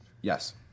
Yes